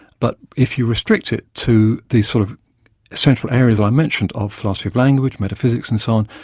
but if you restrict it to the sort of central areas i mentioned of philosophy of language, metaphysics and so on,